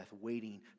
waiting